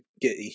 get